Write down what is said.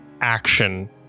action